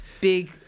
big